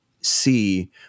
see